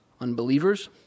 unbelievers